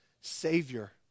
Savior